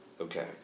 Okay